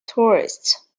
tourists